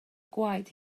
gwaed